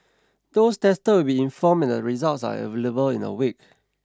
those tested will be informed the results are available in a week